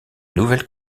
nouvelle